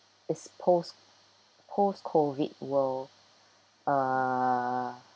this post post COVID world err